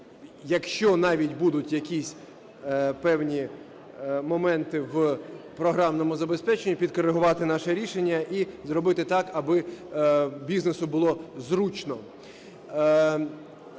якщо навіть будуть якісь певні моменти в програмному забезпеченні, підкоригувати наше рішення і зробити так, аби бізнесу було зручно.